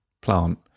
plant